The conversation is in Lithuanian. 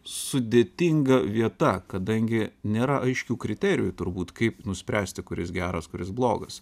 sudėtinga vieta kadangi nėra aiškių kriterijų turbūt kaip nuspręsti kuris geras kuris blogas